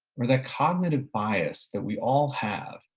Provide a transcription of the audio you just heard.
or that cognitive bias that we all have.